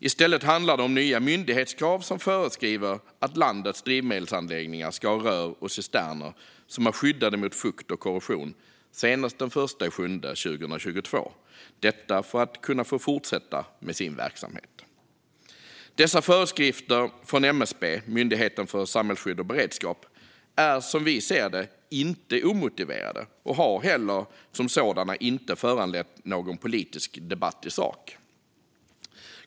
I stället handlar det om nya myndighetskrav som föreskriver att landets drivmedelsanläggningar ska ha rör och cisterner som är skyddade mot fukt och korrosion senast den 1 juli 2022 för att få fortsätta med sin verksamhet. Dessa föreskrifter från MSB, Myndigheten för samhällsskydd och beredskap, är som vi ser det inte omotiverade och har som sådana inte heller föranlett någon politisk debatt i sak.